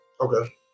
Okay